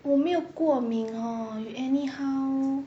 我没有过敏 hor you anyhow